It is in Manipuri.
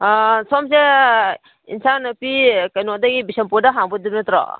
ꯁꯣꯝꯁꯦ ꯏꯝꯐꯥꯜ ꯅꯨꯃꯤ ꯀꯩꯅꯣꯗꯒꯤ ꯕꯤꯁꯦꯝꯄꯨꯔꯗ ꯍꯥꯡꯕꯗꯣ ꯅꯠꯇ꯭ꯔꯣ